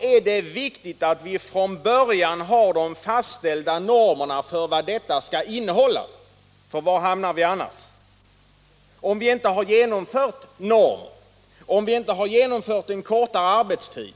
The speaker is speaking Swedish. är det viktigt att vi från början har fastställda normer för vad den skall innehålla — för var hamnar vi annars, om vi inte har fastställda normer, om vi inte har genomfört en kortare arbetstid?